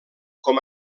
com